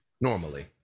Normally